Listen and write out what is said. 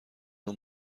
اون